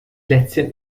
lätzchen